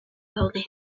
daude